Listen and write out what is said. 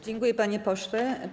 Dziękuję, panie pośle.